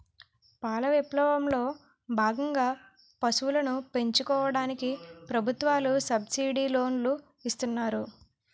పాల విప్లవం లో భాగంగా పశువులను పెంచుకోవడానికి ప్రభుత్వాలు సబ్సిడీ లోనులు ఇస్తున్నారు